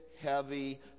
heavy